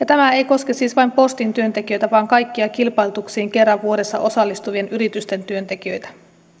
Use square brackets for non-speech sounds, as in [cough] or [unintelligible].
[unintelligible] tämä ei koske siis vain postin työntekijöitä vaan kaikkia kilpailutuksiin kerran vuodessa osallistuvien yritysten työntekijöitä